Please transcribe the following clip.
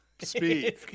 speed